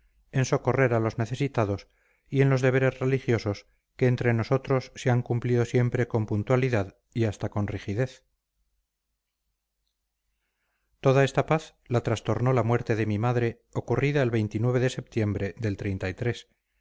en socorrer a los necesitados y en los deberes religiosos que entre nosotros se han cumplido siempre con puntualidad y hasta con rigidez toda esta paz la trastornó la muerte de mi madre ocurrida el de septiembre del de